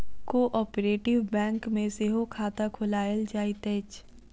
cooperative bank मे सेहो खाता खोलायल जाइत अछि